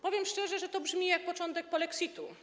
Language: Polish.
Powiem szczerze, że to brzmi jak początek polexitu.